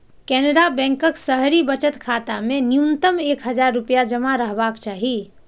केनरा बैंकक शहरी बचत खाता मे न्यूनतम एक हजार रुपैया जमा रहबाक चाही